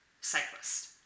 cyclist